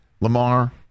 Lamar